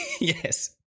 Yes